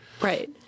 Right